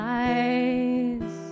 eyes